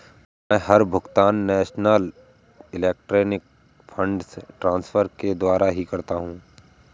मै हर भुगतान national electronic funds transfer के द्वारा ही करता हूँ